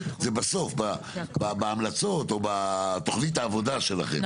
זה בסוף בהמלצות או בתוכנית העבודה שלכם.